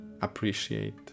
appreciate